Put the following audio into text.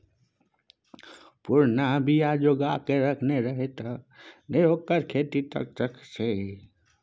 पुरना बीया जोगाकए रखने रहय तें न ओकर खेती चकचक छै